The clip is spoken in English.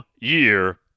year